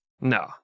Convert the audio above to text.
No